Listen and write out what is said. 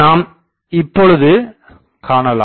நாம் இப்பொழுது காணலாம்